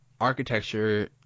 architecture